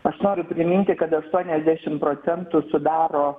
aš noriu priminti kad aštuoniasdešimt procentų sudaro